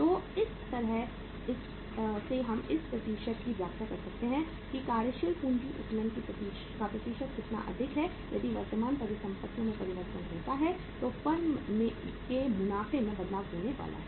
तो इस तरह से हम इस प्रतिशत की व्याख्या करते हैं कि कार्यशील पूंजी उत्तोलन का प्रतिशत कितना अधिक है यदि वर्तमान परिसंपत्तियों में परिवर्तन होता है तो फर्म के मुनाफे में बदलाव होने वाला है